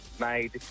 made